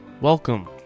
Welcome